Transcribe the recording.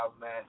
man